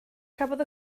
cafodd